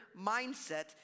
mindset